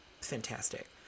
Fantastic